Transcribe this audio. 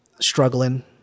struggling